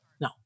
No